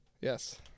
Yes